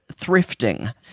thrifting